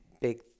big